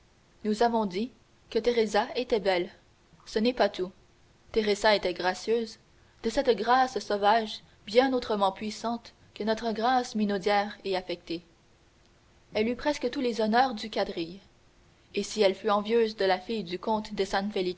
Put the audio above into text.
nous avons dit que teresa était belle ce n'est pas tout teresa était gracieuse de cette grâce sauvage bien autrement puissante que notre grâce minaudière et affectée elle eut presque les honneurs du quadrille et si elle fut envieuse de la fille du comte de